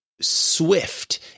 swift